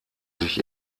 sich